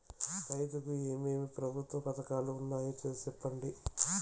రైతుకు ఏమేమి ప్రభుత్వ పథకాలు ఉన్నాయో సెప్పండి?